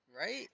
Right